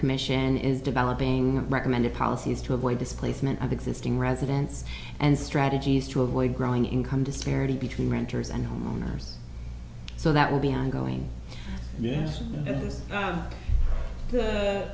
commission is developing recommended policies to avoid displacement of existing residents and strategies to avoid growing income disparity between renters and homeowners so that will be ongoing